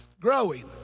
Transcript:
growing